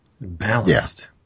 balanced